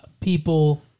people